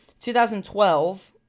2012